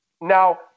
Now